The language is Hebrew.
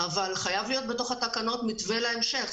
אבל חייב להיות בתוך התקנות מתווה להמשך.